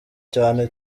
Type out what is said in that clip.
cyane